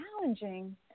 Challenging